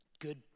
good